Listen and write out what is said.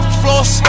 floss